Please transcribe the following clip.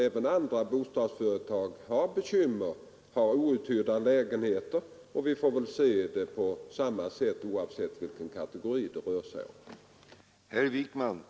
Även andra bostadsföretag har bekymmer med outhyrda lägenheter. Även om det rör sig om olika kategorier bör de bedömas på samma sätt.